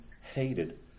hated